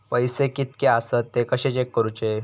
पैसे कीतके आसत ते कशे चेक करूचे?